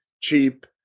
Cheap